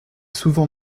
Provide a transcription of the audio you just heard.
souvent